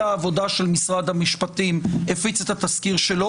העבודה של משרד המשפטים הפיץ את התזכיר שלו,